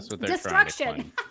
destruction